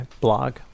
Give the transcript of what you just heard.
blog